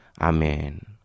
Amen